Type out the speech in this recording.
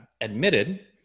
admitted